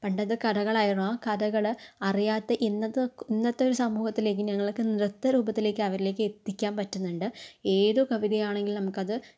പണ്ടത്തെ കഥകളായിരുന്നു ആ കഥകള് അറിയാത്ത ഇന്നത്ത് ഇന്നത്തെ ഒരു സമൂഹത്തിലേക്ക് ഞങ്ങൾക്ക് നൃത്തരൂപത്തിലേക്കു അവരിലേക്ക് എത്തിക്കാൻ പറ്റുന്നുണ്ട് ഏതു കവിതയാണെങ്കിലും നമുക്കത്